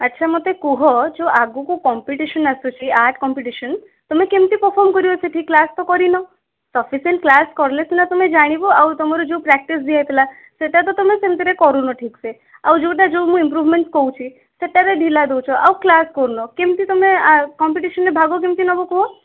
ଆଚ୍ଛା ମୋତେ କୁହ ଯେଉଁ ଆଗକୁ କମ୍ପିଟିସନ୍ ଆସୁଛି ଆର୍ଟ କମ୍ପିଟିସନ୍ ତୁମେ କେମିତି ପରଫର୍ମ କରିବ ସେଠି କ୍ଳାସ୍ ତ କରିନ ସଫିସିଏଣ୍ଟ କ୍ଳାସ୍ କଲେ ସିନା ତୁମେ ଜାଣିବ ଆଉ ତୁମର ଯେଉଁ ପ୍ରାକ୍ଟିସ୍ ଦିଆଯାଇଥିଲା ସେଇଟା ତ ତୁମେ ସେମିତିରେ କରୁନ ଠିକ ସେ ଆଉ ଯେଉଁଟା ଯେଉଁ ମୁଁ ଇମ୍ପ୍ରୁଭମେଣ୍ଟ କହୁଛି ସେଇଟାରେ ଢିଲା ଦେଉଛ ଆଉ କ୍ଳାସ୍ କରୁନ କେମିତି ତୁମେ କମ୍ପିଟିସନ୍ରେ ଭାଗ କେମିତି ନେବ କୁହ